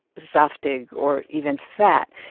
zaftig or even fat.